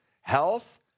health